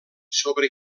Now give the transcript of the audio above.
sobre